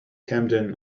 camden